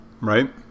Right